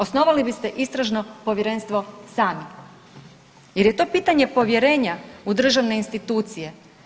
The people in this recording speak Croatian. Osnovali biste istražno povjerenstvo sami jer je to pitanje povjerenja u državne institucije.